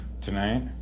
tonight